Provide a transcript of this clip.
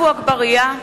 נוכחת ולא מצביעה.